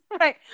Right